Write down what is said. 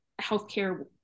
healthcare